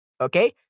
Okay